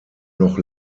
noch